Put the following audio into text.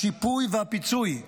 השיפוי והפיצוי.